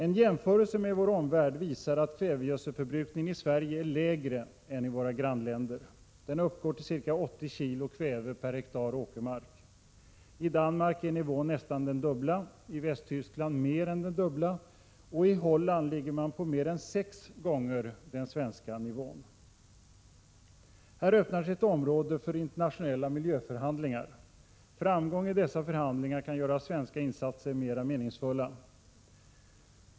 En jämförelse med vår omvärld visar att kvävegödselförbrukningen i Sverige är lägre än i våra grannländer. Den uppgår till ca 80 kg kväve per hektar åkermark. I Danmark är nivån nästan den dubbla, i Västtyskland mer än den dubbla och i Holland ligger man på mer än sex gånger den svenska nivån. Här öppnar sig ett område för internationella miljöförhandlingar. Framgång i dessa förhandlingar kan göra svenska insatser mer meningsfulla.